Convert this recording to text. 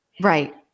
Right